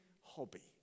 hobby